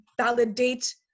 validate